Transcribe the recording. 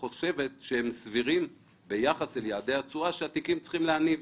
חושבת שהם סבירים ביחס ליעדי התשואה שהתיקים צריכים להניב.